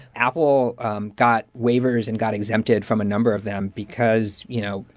apple um got waivers and got exempted from a number of them because, you know,